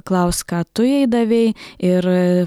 klausk tu jai davei ir